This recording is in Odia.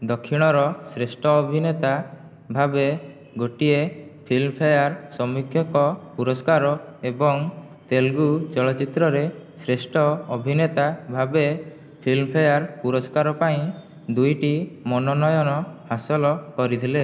ଦକ୍ଷିଣର ଶ୍ରେଷ୍ଠ ଅଭିନେତା ଭାବେ ଗୋଟିଏ ଫିଲ୍ମଫେୟାର୍ ସମୀକ୍ଷକ ପୁରସ୍କାର ଏବଂ ତେଲୁଗୁ ଚଳଚ୍ଚିତ୍ରରେ ଶ୍ରେଷ୍ଠ ଅଭିନେତା ଭାବେ ଫିଲ୍ମଫେୟାର୍ ପୁରସ୍କାର ପାଇଁ ଦୁଇଟି ମନୋନୟନ ହାସଲ କରିଥିଲେ